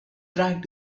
track